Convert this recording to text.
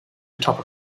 atop